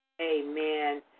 amen